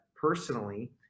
personally